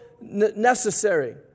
necessary